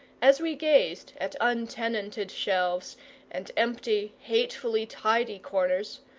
as we gazed at untenanted shelves and empty, hatefully tidy corners,